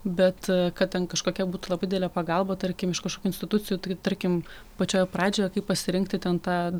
bet kad ten kažkokia būtų labai didelė pagalba tarkim iš kažkokių institucijų tai tarkim pačioje pradžioje kaip pasirinkti ten tą